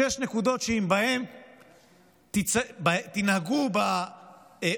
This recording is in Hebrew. שש נקודות שאם תנהגו לפיהן,